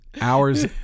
hours